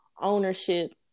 ownership